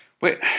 Wait